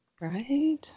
Right